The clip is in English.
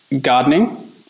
gardening